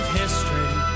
history